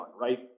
right